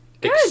Good